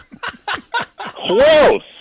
Close